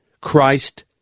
Christ